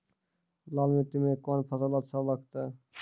लाल मिट्टी मे कोंन फसल अच्छा लगते?